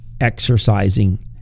exercising